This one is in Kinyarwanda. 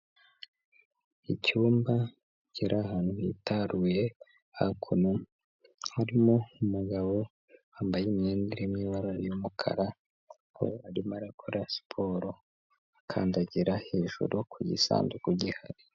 Icyumba kiri ahantu hitaruye, hakuno harimo umugabo wambaye imyenda irimo amabara y'umukara, arimo akora siporo akandagira hejuru ku gisanduku gihari.